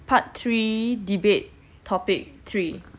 part three debate topic three